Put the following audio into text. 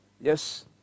Yes